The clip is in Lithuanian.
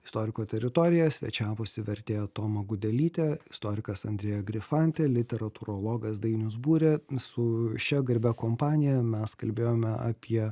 istoriko teritorija svečiavosi vertėja toma gudelytė istorikas andreja grifante literatūrologas dainius būrė su šia garbia kompanija mes kalbėjome apie